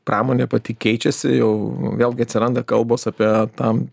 pramonė pati keičiasi jau vėlgi atsiranda kalbos apie tam